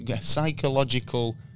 psychological